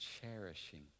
cherishing